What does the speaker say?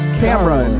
camera